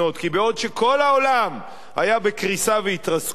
כי בעוד שכל העולם היה בקריסה והתרסקות,